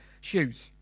shoes